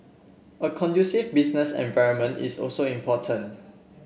a conducive business environment is also important